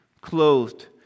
clothed